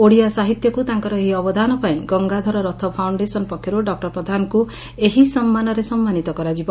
ଓଡ଼ିଆ ସାହିତ୍ୟକୁ ତାଙ୍କର ଏହି ଅବଦାନ ପାଇଁ ଗଙ୍ଙାଧର ରଥ ଫାଉଣ୍ଡେସନ ପକ୍ଷରୁ ଡକ୍ଟର ପ୍ରଧାନଙ୍କୁ ଏହି ସମ୍ମାନରେ ସମ୍ମାନିତ କରାଯିବ